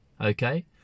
Okay